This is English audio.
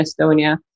Estonia